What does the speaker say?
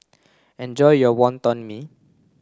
enjoy your Wonton Mee